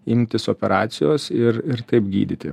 imtis operacijos ir ir taip gydyti